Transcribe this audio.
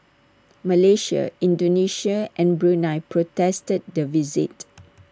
Malaysia Indonesia and Brunei protested the visit